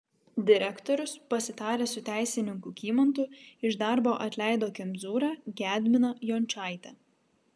direktorius pasitaręs su teisininku kymantu iš darbo atleido kemzūrą gedminą jončaitę